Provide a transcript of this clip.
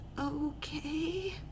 okay